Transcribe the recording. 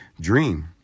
dream